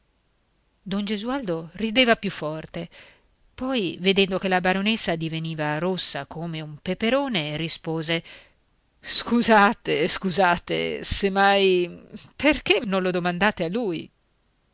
don gesualdo rideva più forte poi vedendo che la baronessa diveniva rossa come un peperone rispose scusate scusate se mai perché non lo domandate a lui